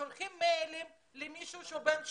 שולחים מיילים לאדם בן 80,